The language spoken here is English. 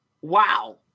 Wow